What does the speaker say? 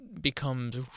becomes